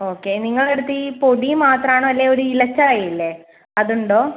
okay നിങ്ങളുടെ അടുത്ത് ഈ പൊടി മാത്രം ആണോ അല്ലെങ്കിലൊരു ഇല ചായ ഇല്ലേ അത് ഉണ്ടോ